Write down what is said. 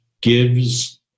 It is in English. gives